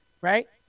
right